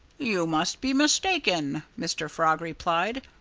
you must be mistaken, mr. frog replied.